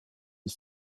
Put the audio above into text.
est